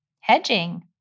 hedging